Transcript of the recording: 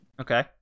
Okay